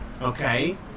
Okay